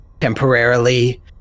temporarily